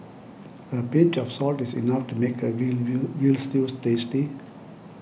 a pinch of salt is enough to make a veal veal Veal Stew tasty